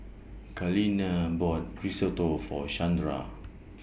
Kaleena bought Risotto For Shandra